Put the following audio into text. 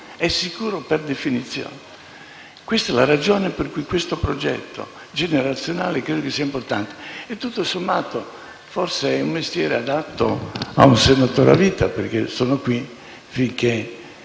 è sicuro per definizione. Questa è la ragione per cui credo che questo progetto generazionale sia importante e, tutto sommato, è forse un mestiere adatto ad un senatore a vita, perché sarò qui finché